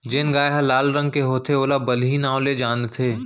जेन गाय ह लाल रंग के होथे ओला बलही नांव ले जानथें